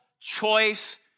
choice